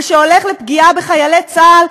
והולך לפגיעה בחיילי צה"ל,